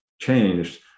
changed